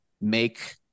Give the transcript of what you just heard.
make